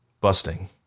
Busting